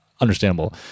understandable